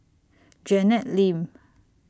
Janet Lim